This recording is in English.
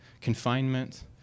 confinement